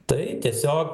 tai tiesiog